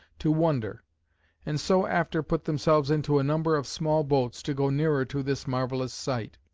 to wonder and so after put themselves into a number of small boats, to go nearer to this marvellous sight.